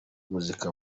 umuziki